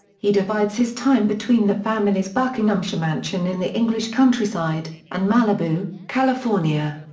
he divides his time between the family's buckinghamshire mansion in the english countryside, and malibu, california.